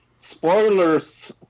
Spoilers